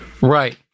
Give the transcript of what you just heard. Right